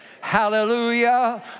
Hallelujah